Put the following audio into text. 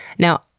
now,